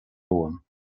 romham